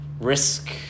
Risk